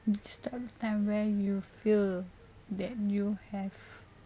describe the time where you feel that you have